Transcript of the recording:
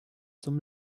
zum